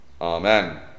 Amen